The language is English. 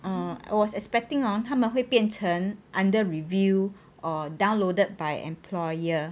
uh I was expecting hor 他们会变成 under review or downloaded by employer